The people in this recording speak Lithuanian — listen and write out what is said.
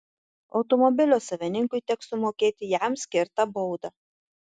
automobilio savininkui teks sumokėti jam skirtą baudą